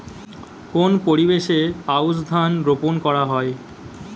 কোন পরিবেশে আউশ ধান রোপন করা হয়?